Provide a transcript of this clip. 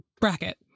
bracket